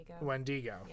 Wendigo